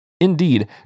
Indeed